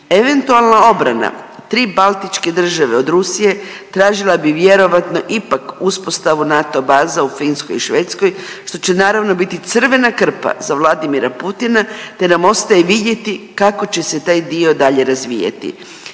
Eventualna obrana 3 baltičke države od Rusije, tražila bi vjerovatno ipak uspostavu NATO baza u Finskoj i Švedskoj, što će naravno, biti crvena krpa za Vladimira Putina te nam ostaje vidjeti kako će se taj dio dalje razvijati.